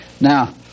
Now